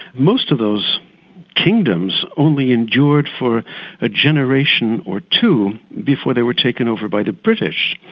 most of those kingdoms only endured for a generation or two, before they were taken over by the british.